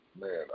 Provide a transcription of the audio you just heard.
man